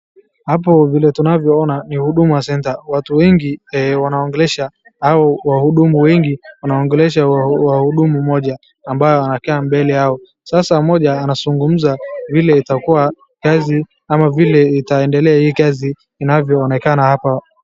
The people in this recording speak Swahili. Hapo vile tunavyoona ni huduma center. Watu wengi wanaongelesha ama wahudumu wengi wanaongelesha wahudumu mmoja anayekaa mbele yao sasa mmoja anazungumza vile itakuwa kazi ama vile itaendelea hii kazi inavyoonekana hapa.